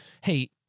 Hey